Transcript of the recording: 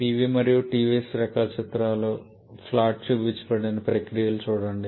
Pv మరియు Ts రేఖాచిత్రాలపై ప్లాట్లు చూపబడిన ప్రక్రియలను చూడండి